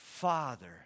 Father